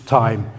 time